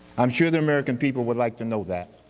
i'm sure the american people would like to know that